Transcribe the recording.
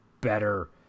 better